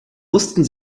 wussten